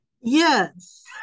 Yes